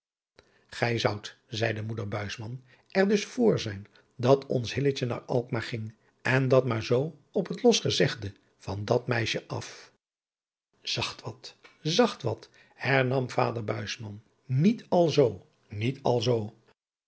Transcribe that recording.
gij zoudt zeide moeder buisman er dus voor zijn dat ons hilletje naar alkmaar ging en dat maar zoo op het los gezegde van dat meisje af zacht wat zacht wat hernam vader buisman niet alzoo niet alzoo